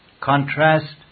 Contrast